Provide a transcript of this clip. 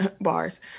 Bars